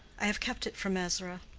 i have kept it from ezra.